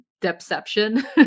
deception